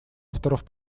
авторов